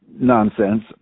nonsense